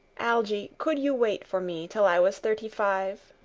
algy, could you wait for me till i was thirty-five?